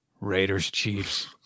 Raiders-Chiefs